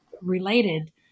related